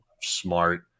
smart